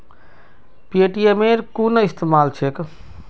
पेटीएमेर कुन इस्तमाल छेक